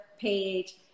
page